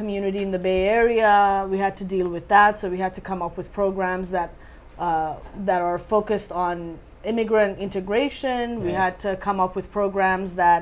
community in the bay area we have to deal with that so we have to come up with programs that are that are focused on immigrant integration and we come up with programs that